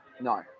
no